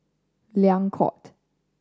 Liang Court